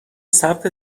ثبت